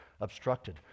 obstructed